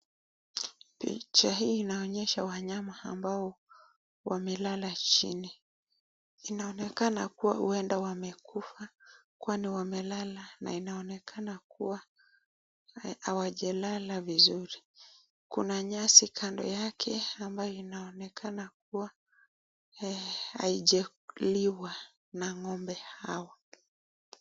Picha hii inaonyesha wanyama ambao wamelala chini. Inaonekana kuwa huenda wamekufa kwani wamelala na inaonekana kuwa hawajalala vizuri. Kuna nyasi kando yake ambayo inaonekana kuwa haijaliwa na ngombe hawa.